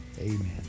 Amen